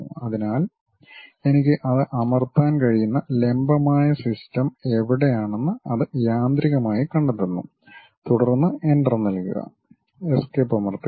അതിനാൽ എനിക്ക് അത് അമർത്താൻ കഴിയുന്ന ലംബമായ സിസ്റ്റം എവിടെയാണെന്ന് അത് യാന്ത്രികമായി കണ്ടെത്തുന്നു തുടർന്ന് എൻ്റർ നൽകുക എസ്കേപ്പ് അമർത്തുക